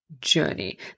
journey